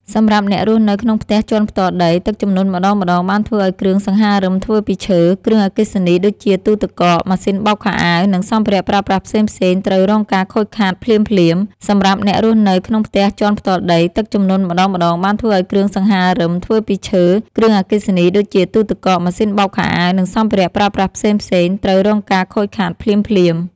សម្រាប់អ្នករស់នៅក្នុងផ្ទះជាន់ផ្ទាល់ដី ទឹកជំនន់ម្តងៗបានធ្វើឱ្យគ្រឿងសង្ហារឹមធ្វើពីឈើ គ្រឿងអគ្គិសនីដូចជាទូទឹកកក ម៉ាស៊ីនបោកខោអាវ និងសម្ភារៈប្រើប្រាស់ផ្សេងៗត្រូវរងការខូចខាតភ្លាមៗ សម្រាប់អ្នករស់នៅក្នុងផ្ទះជាន់ផ្ទាល់ដី ទឹកជំនន់ម្តងៗបានធ្វើឱ្យគ្រឿងសង្ហារឹមធ្វើពីឈើ គ្រឿងអគ្គិសនីដូចជាទូទឹកកក ម៉ាស៊ីនបោកខោអាវ និងសម្ភារៈប្រើប្រាស់ផ្សេងៗត្រូវរងការខូចខាតភ្លាមៗ